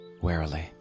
warily